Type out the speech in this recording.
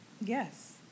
Yes